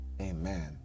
Amen